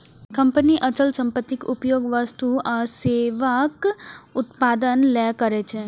company अचल संपत्तिक उपयोग वस्तु आ सेवाक उत्पादन लेल करै छै